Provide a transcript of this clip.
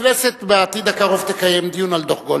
הכנסת תקיים בעתיד הקרוב דיון על דוח-גולדברג.